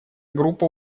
группа